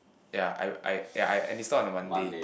ya I I ya I and it's not on a Monday